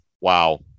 Wow